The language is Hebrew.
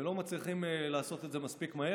ולא מצליחים לעשות את זה מספיק מהר,